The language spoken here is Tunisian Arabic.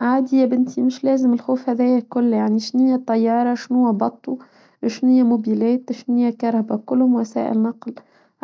عادي يا بنتي مش لازم الخوف هذيك كله يعني شنية طيارة شنوة بطو شنية موبيلات شنية كرهبة كلهم وسائل نقل